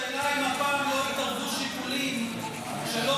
השאלה אם הפעם לא יתערבו שיקולים שלא